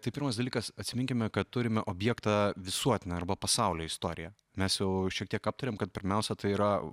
tai pirmas dalykas atsiminkime kad turime objektą visuotinę arba pasaulio istoriją mes jau šiek tiek aptarėm kad pirmiausia tai yra